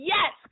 Yes